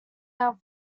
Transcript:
down